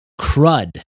crud